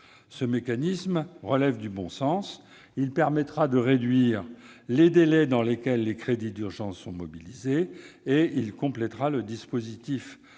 Ce mécanisme relève du bon sens. Il permettra de réduire les délais dans lesquels les crédits d'urgence sont mobilisés et complétera le dispositif